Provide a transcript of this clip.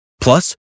Plus